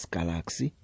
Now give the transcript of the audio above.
Galaxy